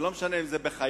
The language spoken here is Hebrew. ולא משנה אם זה בחייל,